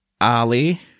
Ali